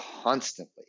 constantly